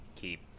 keep